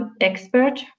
expert